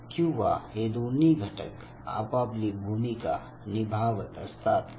किंवा हे दोन्ही घटक आपापली भूमिका निभावत असतात का